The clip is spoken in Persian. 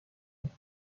کنم